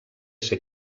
ser